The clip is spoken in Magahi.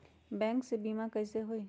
बैंक से बिमा कईसे होई?